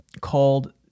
called